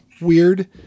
weird